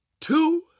two